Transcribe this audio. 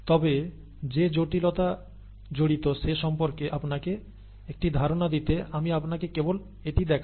তবে যে জটিলতা জড়িত সে সম্পর্কে আপনাকে একটি ধারণা দিতে আমি আপনাকে কেবল এটি দেখাই